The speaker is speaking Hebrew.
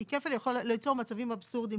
כי כפל יכול ליצור מצבים אבסורדיים.